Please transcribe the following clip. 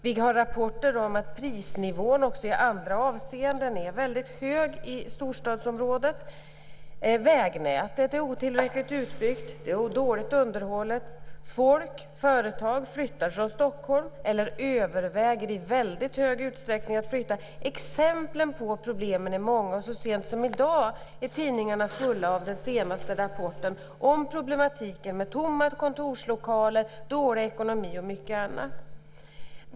Vi har fått rapporter om att prisnivån är väldigt hög i storstadsområdet också i andra avseenden. Vägnätet är otillräckligt utbyggt. Det är dåligt underhållet. Folk och företag flyttar från Stockholm eller överväger i väldigt stor utsträckning att flytta. Exemplen på problemen är många. Så sent som i dag är tidningarna fulla av den senaste rapporten om problemen med tomma kontorslokaler, dålig ekonomi och mycket annat.